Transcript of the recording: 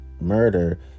murder